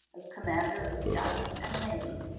as commander of the army and navy,